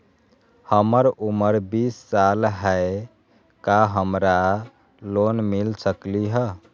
हमर उमर बीस साल हाय का हमरा लोन मिल सकली ह?